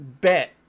bet